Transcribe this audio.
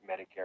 Medicare